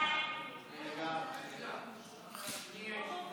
אדוני היושב-ראש,